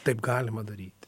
taip galima daryti